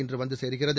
இன்று வந்து சேருகிறது